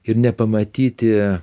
ir nepamatyti